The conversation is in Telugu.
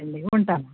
ఓకే అండి ఉంటాను